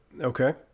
Okay